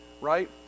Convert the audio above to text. right